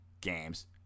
games